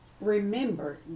remember